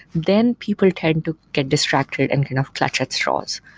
then people tend to get distracted and kind of clutch at straws.